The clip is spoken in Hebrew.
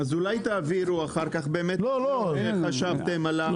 אז אולי תעבירו אחר כך באמת אם יש משהו שחשבתם עליו.